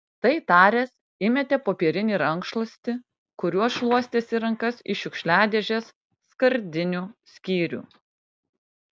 tai taręs įmetė popierinį rankšluostį kuriuo šluostėsi rankas į šiukšliadėžės skardinių skyrių